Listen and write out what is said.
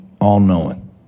all-knowing